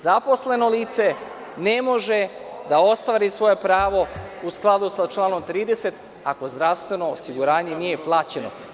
Zaposleno lice ne može da ostvari svoje pravo u skladu sa članom 30. ako zdravstveno osiguranje nije plaćeno.